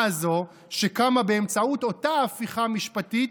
הזו שקמה באמצעות אותה הפיכה משפטית,